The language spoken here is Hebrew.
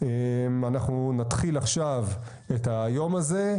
אנחנו נתחיל עכשיו את היום הזה,